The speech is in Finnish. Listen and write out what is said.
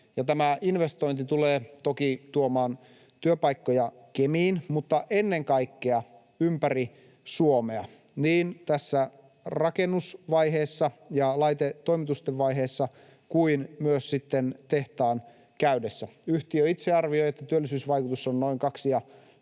Tämä investointi tulee toki tuomaan työpaikkoja Kemiin mutta ennen kaikkea ympäri Suomea niin tässä rakennusvaiheessa ja laitetoimitusten vaiheessa kuin myös sitten tehtaan käydessä. Yhtiö itse arvioi, että työllisyysvaikutus on noin 2 500